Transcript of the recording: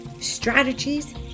strategies